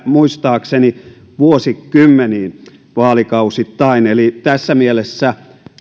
muistaakseni vuosikymmeniin vaalikausittain eli tässä mielessä